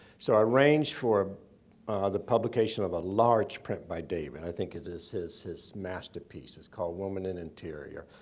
so i arranged for the publication of a large print by david. i think it is his his masterpiece. it's called, woman in interior.